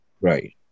Right